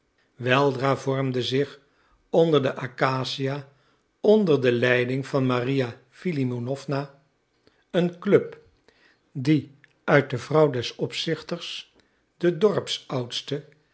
weldra vormde zich onder de acacia onder de leiding van maria filimonowna een club die uit de vrouw des opzichters den dorpsoudste